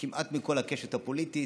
כמעט מכל הקשת הפוליטית,